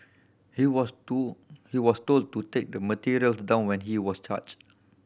he was to he was told to take the materials down when he was charged